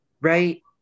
right